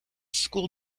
school